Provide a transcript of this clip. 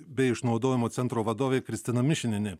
bei išnaudojimu centro vadovė kristina mišinienė